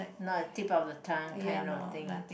not a tip of the tongue kind of thing